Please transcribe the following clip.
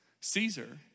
Caesar